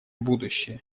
будущее